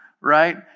right